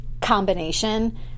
combination